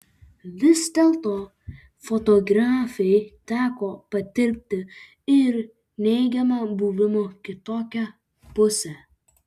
vis dėlto fotografei teko patirti ir neigiamą buvimo kitokia pusę